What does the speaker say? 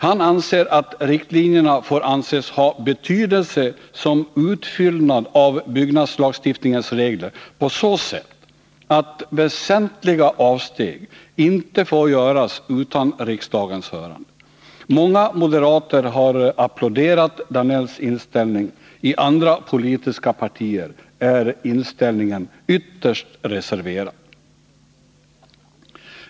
Han anser att riktlinjerna får anses ha betydelse som utfyllnad av byggnadslagstiftningens regler på så sätt att ”väsentliga avsteg” inte får göras utan riksdagens hörande. Många moderater har applåderat Georg Danells inställning. I andra politiska partier är inställningen ytterst reserverad!